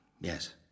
Yes